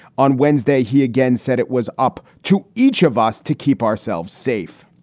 on wednesday, he again said it was up to each of us to keep ourselves safe.